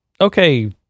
okay